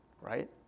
right